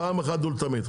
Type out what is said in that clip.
פעם אחת ולתמיד.